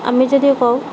আমি যদি কওঁ